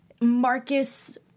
Marcus